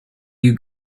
you